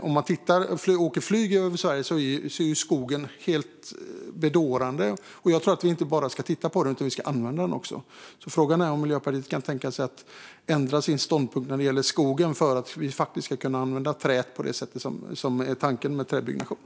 Flyger man över landet ser skogen helt bedårande ut, men vi ska inte bara titta på den utan använda den också. Kan Miljöpartiet tänka sig att ändra sin ståndpunkt när det gäller skogen för att vi ska kunna använda träet på det sätt som är tanken i träbyggnation?